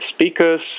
speakers